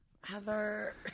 Heather